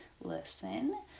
listen